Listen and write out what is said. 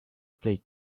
play